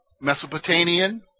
Mesopotamian